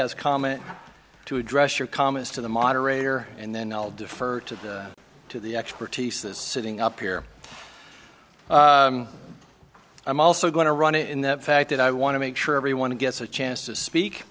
has comment to address your comments to the moderator and then i'll defer to the to the expertise that's sitting up here i'm also going to run it in the fact that i want to make sure everyone gets a chance to speak